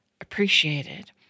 appreciated